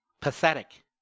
Pathetic